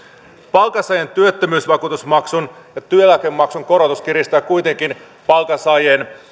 palkansaajien työttömyysvakuutusmaksun ja työeläkemaksun korotus kiristää kuitenkin palkansaajien